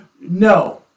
no